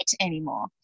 anymore